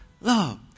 love